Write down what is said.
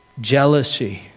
jealousy